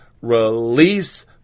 release